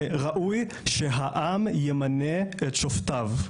שראוי שהעם ימנה את שופטיו,